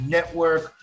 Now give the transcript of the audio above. Network